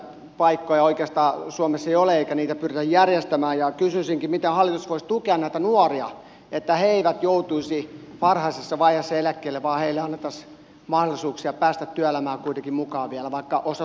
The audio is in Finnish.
osatyöpaikkoja oikeastaan suomessa ei ole eikä niitä pyritä järjestämään ja kysyisinkin miten hallitus voisi tukea näitä nuoria että he eivät joutuisi varhaisessa vaiheessa eläkkeelle vaan heille annettaisiin mahdollisuuksia päästä työelämään kuitenkin mukaan vielä vaikka osatyökykyisinä